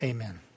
Amen